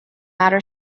outer